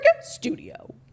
studio